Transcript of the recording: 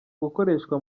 gukoreshwa